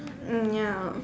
mm ya